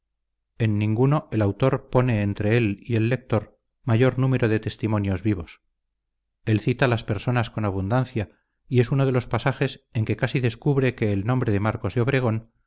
en ninguno el autor pone entre él y el lector mayor número de testimonios vivos él cita las personas con abundancia y es uno de los pasajes en que casi descubre que el nombre de marcos de obregón